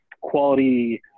quality